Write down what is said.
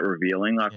revealing